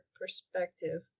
perspective